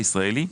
הישראלי,